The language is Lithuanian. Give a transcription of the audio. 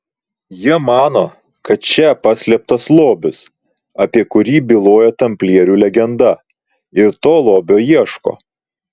jie mano kad čia paslėptas lobis apie kurį byloja tamplierių legenda ir to lobio ieško